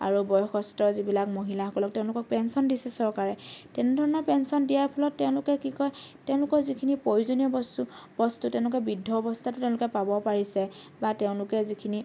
আৰু বয়সস্থ যিবিলাক মহিলাসকলক তেওঁলোকক পেঞ্চন দিছে চৰকাৰে তেনেধৰণৰ পেঞ্চন দিয়াৰ ফলত তেওঁলোকে কি কয় তেওঁলোকৰ যিখিনি প্ৰয়োজনীয় বস্তু বস্তু তেওঁলোকে বৃদ্ধ অৱস্থাটো তেওঁলোকে পাব পাৰিছে বা তেওঁলোকে যিখিনি